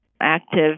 active